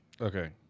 Okay